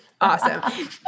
awesome